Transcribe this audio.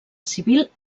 civil